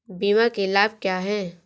बीमा के लाभ क्या हैं?